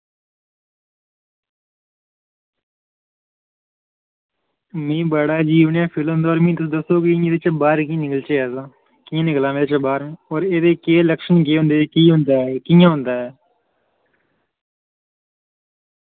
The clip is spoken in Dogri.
मिगी बड़ा अजीब जेहा फील होंदा होर मिगी दस्सो कि एह्दे चा बाहर कियां निकलचै कियां निकलां में इस चा बाहर केह् होंदा ते एह्दे लक्षण केह् होंदे ते कियां होंदा एह्